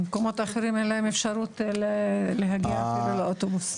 במקומות אחרים אין להם אפשרות להגיע אפילו לאוטובוס.